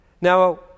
Now